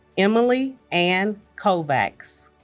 emily ann kovacs